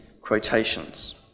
quotations